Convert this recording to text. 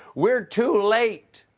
we're too late!